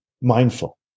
mindful